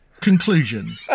Conclusion